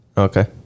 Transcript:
okay